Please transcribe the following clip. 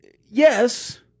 yes